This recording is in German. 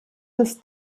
des